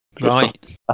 Right